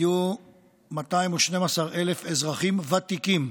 היו 212,000 אזרחים ותיקים.